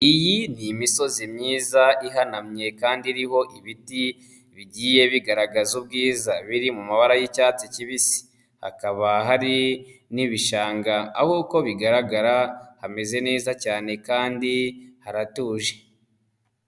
Iyi ni imisozi myiza ihanamye kandi iriho ibiti bigiye bigaragaza ubwiza biri mu mabara y'icyatsi kibisi, hakaba hari n'ibishanga aho uko bigaragara hameze neza cyane kandi haratuje.